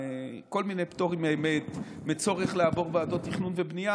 כל מיני פטורים מהצורך לעבור ועדות תכנון ובנייה